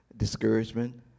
Discouragement